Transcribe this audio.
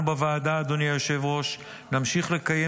אנחנו בוועדה, אדוני היושב-ראש, נמשיך לקיים